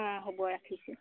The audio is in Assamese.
অ হ'ব ৰাখিছোঁ